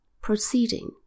Proceeding